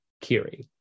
kiri